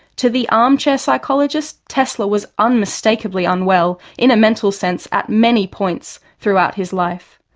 to the armchair psychologist tesla was unmistakably unwell in a mental sense at many points throughout his life.